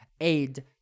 aid